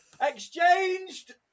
Exchanged